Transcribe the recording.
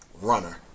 runner